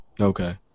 okay